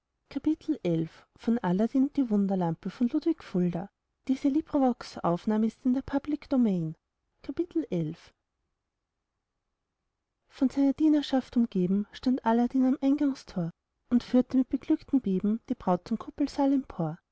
von seiner dienerschaft umgeben stand aladdin am eingangstor und führte mit beglücktem beben die braut zum kuppelsaal empor